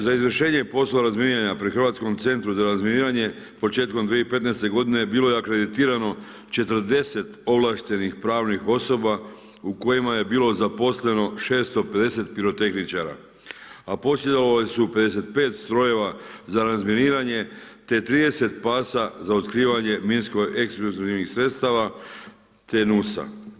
Za izvršenje poslova razminiravanja pri Hrvatskom centru za razminiravanje početkom 2015. g. bilo je akreditirano 40 ovlaštenih pravnih osoba u kojima je bilo zaposleno 650 pirotehničara, a posjedovali su 55 strojeva za razminiravanje, te 30 pasa za otkrivanje minsko eksplozivnih sredstava te nusa.